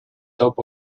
top